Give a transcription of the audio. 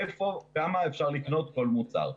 איפה ובכמה אפשר לקנות כל מוצר.